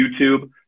YouTube